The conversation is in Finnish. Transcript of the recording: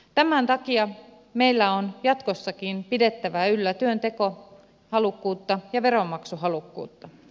tämän takia meillä on jatkossakin pidettävä yllä työntekohalukkuutta ja veronmaksuhalukkuutta